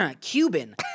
Cuban